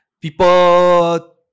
people